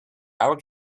our